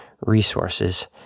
Resources